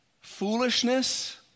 foolishness